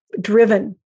driven